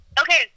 Okay